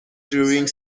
during